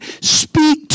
speak